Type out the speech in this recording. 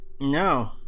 No